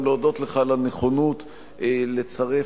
גם להודות לך על הנכונות לצרף